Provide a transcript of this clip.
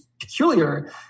peculiar